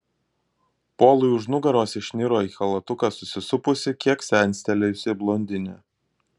polui už nugaros išniro į chalatuką susisupusi kiek senstelėjusi blondinė